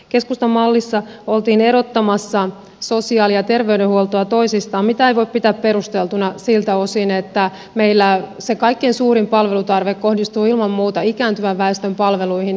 keskustan mallissa oltiin erottamassa sosiaalihuoltoa ja terveydenhuoltoa toisistaan mitä ei voi pitää perusteltuna siltä osin että meillä se kaikkein suurin palvelutarve kohdistuu ilman muuta ikääntyvän väestön palveluihin